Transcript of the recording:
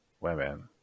women